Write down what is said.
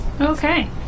Okay